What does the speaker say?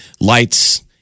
lights